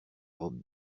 robe